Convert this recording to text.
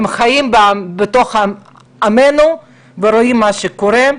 הם חיים בתוך עמם ורואים את מה שקורה.